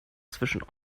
zwischen